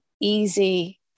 easy